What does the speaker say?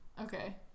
Okay